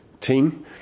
team